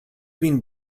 been